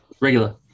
regular